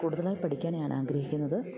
കൂടുതലായി പഠിക്കാൻ ഞാൻ ആഗ്രഹിക്കുന്നത്